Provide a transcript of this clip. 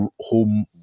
home